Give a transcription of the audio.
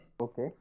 Okay